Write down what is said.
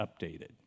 updated